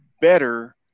better